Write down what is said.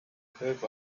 have